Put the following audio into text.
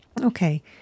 Okay